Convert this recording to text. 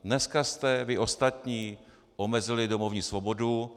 Dneska jste vy ostatní omezili domovní svobodu.